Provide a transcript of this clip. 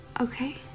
okay